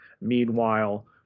Meanwhile